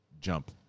jump